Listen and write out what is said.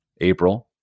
April